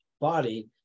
body